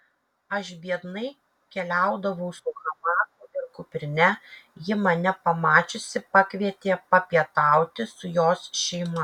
aš biednai keliaudavau su hamaku ir kuprine ji mane pamačiusi pakvietė papietauti su jos šeima